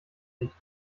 nicht